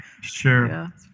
sure